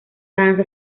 danza